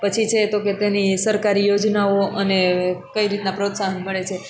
પછી છે તો કે તેની સરકારી યોજનાઓ અને કઈ રીતના પ્રોત્સાહન મળે છે